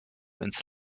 ins